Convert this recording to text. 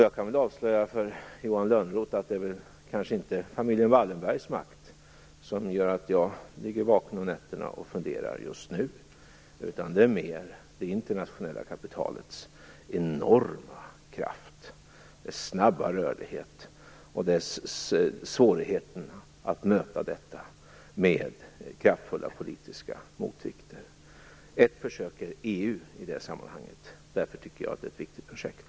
Jag kan avslöja för Johan Lönnroth att det just nu kanske inte är familjen Wallenbergs makt som gör att jag ligger vaken om nätterna och funderar, utan det är mer det internationella kapitalets enorma kraft, dess snabba rörlighet och svårigheten att möta detta med kraftfulla politiska motvikter. Ett försök i det sammanhanget är EU, och därför tycker jag att det är ett viktigt projekt.